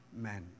men